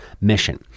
mission